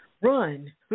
Run